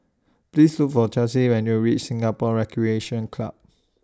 Please Look For Chelsy when YOU REACH Singapore Recreation Club